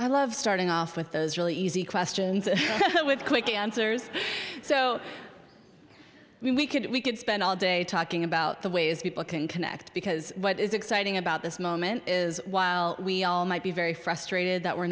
i love starting off with those really easy questions with quick answers so i mean we could we could spend all day talking about the ways people can connect because what is exciting about this moment is while we all might be very frustrated that we're